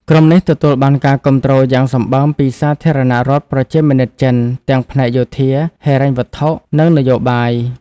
ក្រុមនេះទទួលបានការគាំទ្រយ៉ាងសម្បើមពីសាធារណរដ្ឋប្រជាមានិតចិន ទាំងផ្នែកយោធា ហិរញ្ញវត្ថុ និងនយោបាយ។